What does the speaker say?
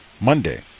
Monday